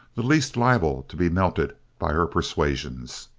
the least liable to be melted by her persuasions.